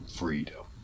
freedom